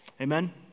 Amen